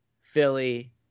Philly